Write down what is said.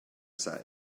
side